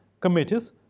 committees